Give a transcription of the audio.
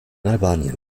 albanien